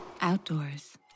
outdoors